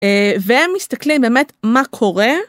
והם מסתכלים באמת מה קורה.